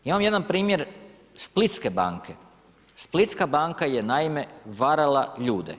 Imam jedan primjer Splitske banke, Splitska banka je varala ljude.